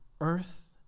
earth